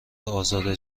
ازاده